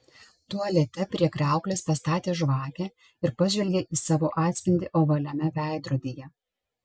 tualete prie kriauklės pastatė žvakę ir pažvelgė į savo atspindį ovaliame veidrodyje